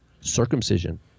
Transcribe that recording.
circumcision